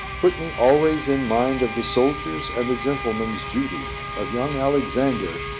put me always in mind of the soldier's and the gentleman's duty! of young alexander,